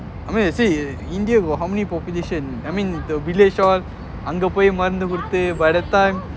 I mean you see india got how many population I mean the village all அங்க போய் மருந்து கொடுத்து:anga poai marunthu koduthu by the time